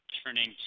turning